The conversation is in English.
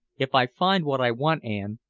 if i find what i want, ann,